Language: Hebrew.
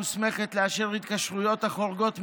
מוסמכת לאשר התקשרויות החורגות מהאיסור,